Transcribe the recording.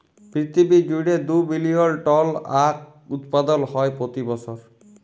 পিরথিবী জুইড়ে দু বিলিয়ল টল আঁখ উৎপাদল হ্যয় প্রতি বসর